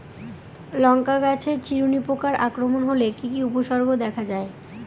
লঙ্কা গাছের চিরুনি পোকার আক্রমণ হলে কি কি উপসর্গ দেখা যায়?